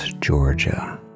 Georgia